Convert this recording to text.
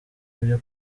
byo